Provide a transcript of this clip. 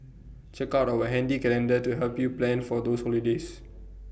check out our handy calendar to help you plan for those holidays